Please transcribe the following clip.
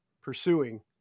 pursuing